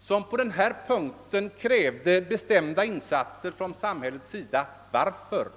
som på denna punkt krävde besiämda insatser från samhällets sida. Varför?